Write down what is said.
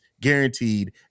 guaranteed